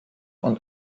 und